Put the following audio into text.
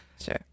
Sure